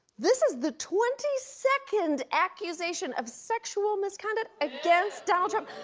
this is the twenty second accusation of sexual misconduct against donald trump.